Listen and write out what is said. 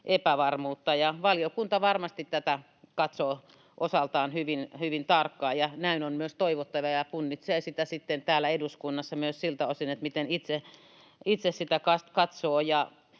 epävarmuutta. Valiokunta varmasti tätä katsoo osaltaan hyvin, hyvin tarkkaan, ja näin on myös toivottavaa, ja punnitsee sitä täällä eduskunnassa myös siltä osin, miten itse sitä katsoo.